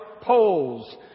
poles